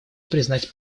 признать